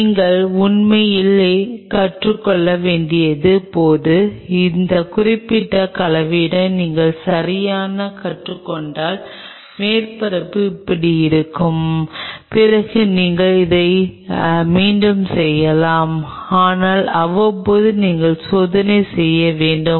நீங்கள் உண்மையிலேயே கற்றுக் கொள்ள வேண்டியிருக்கும் போது அந்த குறிப்பிட்ட கலவையுடன் நீங்கள் சரியாகக் கற்றுக்கொண்டால் மேற்பரப்பு இப்படி இருக்கும் பிறகு நீங்கள் அதை மீண்டும் செய்யலாம் ஆனால் அவ்வப்போது நீங்கள் சோதனை செய்ய வேண்டும்